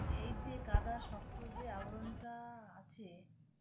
এই যে কাদা শক্তর যে আবরণ টা আছে